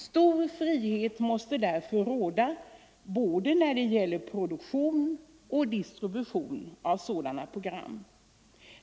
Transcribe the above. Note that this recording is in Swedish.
Stor frihet måste därför råda både när det gäller produktion och distribution av sådana program.